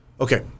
Okay